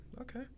Okay